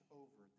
over